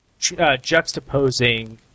juxtaposing